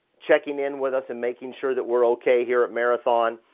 checking in with us and making sure that we're okay here at marathon,